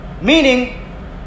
Meaning